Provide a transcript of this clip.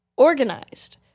organized